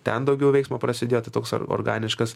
ten daugiau veiksmo prasidėtų toks or organiškas